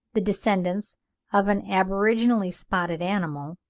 the descendants of an aboriginally spotted animal,